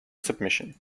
submission